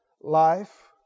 life